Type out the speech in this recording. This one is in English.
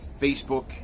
Facebook